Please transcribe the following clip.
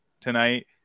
tonight